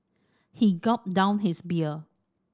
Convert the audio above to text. he gulped down his beer